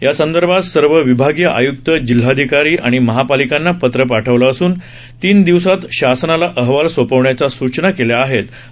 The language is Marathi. यासंदर्भात सर्व विभागीय आय्क्त जिल्हाधिकारी आणि महापालिकांना पत्र पाठवलं असून तीन दिवसात शासनाला अहवाल सोपवण्याच्या सूचना केल्या आहेत असं त्यांनी सांगितलं